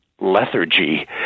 lethargy